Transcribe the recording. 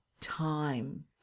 time